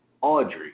Audrey